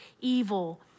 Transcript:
evil